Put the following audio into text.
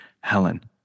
Helen